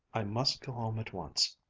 i must go home at once.